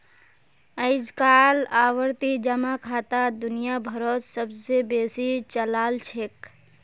अइजकाल आवर्ती जमा खाता दुनिया भरोत सब स बेसी चलाल छेक